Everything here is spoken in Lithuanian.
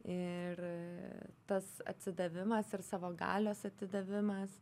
ir tas atsidavimas ir savo galios atidavimas